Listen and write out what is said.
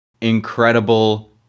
incredible